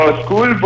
school